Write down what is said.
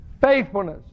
Faithfulness